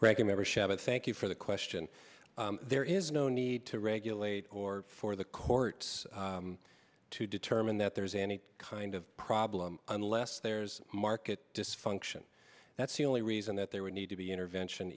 sheva thank you for the question there is no need to regulate or for the courts to determine that there's any kind of problem unless there's market dysfunction that's the only reason that there would need to be intervention